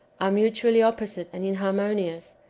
are mutually opposite and inhar monious,